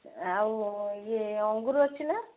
ଆଉ ଇଏ ଅଙ୍ଗୁର ଅଛି ନା